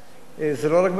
שם מחליטים מתי הוא קם,